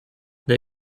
they